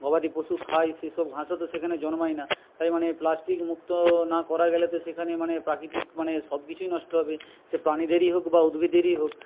গবাদি পশু খায় সে সব ঘাসও তো সেখানে জন্মায় না তাই মানে প্লাস্টিকমুক্ত না করা গেলে তো সেখানে মানে প্রাকৃতিক মানে সব কিছুই নষ্ট হবে সে প্রাণীদেরই হোক বা উদ্ভিদেরই হোক